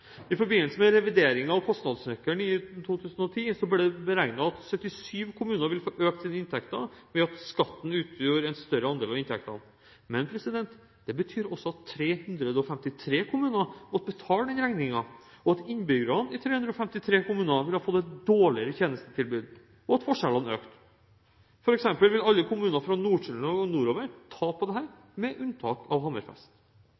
I forbindelse med revideringen av kostnadsnøkkelen i 2010 ble det beregnet at 77 kommuner ville få økt sine inntekter ved at skatten utgjorde en større andel av inntektene. Men det ville også bety at 353 kommuner måtte betale den regningen, at innbyggerne i 353 kommuner ville fått et dårligere tjenestetilbud, og at forskjellene økte. For eksempel ville alle kommuner fra Nord-Trøndelag og nordover tape på dette, med unntak av Hammerfest.